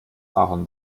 ahorn